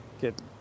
get